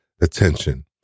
attention